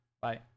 bye